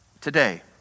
today